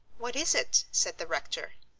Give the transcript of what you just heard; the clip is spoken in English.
what is it? said the rector.